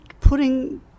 putting